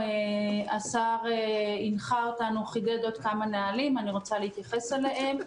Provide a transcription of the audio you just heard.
השר הנחה אותנו וחידד עוד כמה נהלים וארצה להתייחס אליהם.